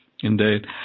Indeed